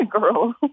girl